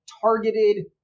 targeted